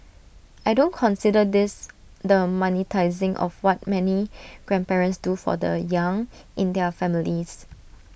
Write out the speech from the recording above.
I don't consider this the monetising of what many grandparents do for the young in their families